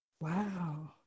wow